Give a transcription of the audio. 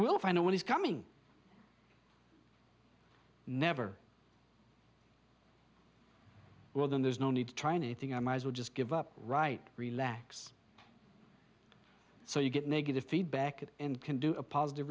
will find out what is coming never more than there's no need to try anything i might as well just give up right relax so you get negative feedback and can do a positive